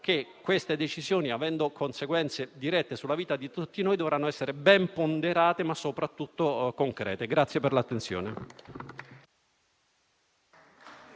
che queste decisioni, avendo conseguenze dirette sulla vita di tutti noi, dovranno essere ben ponderate, ma soprattutto concrete.